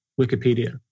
Wikipedia